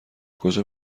کجا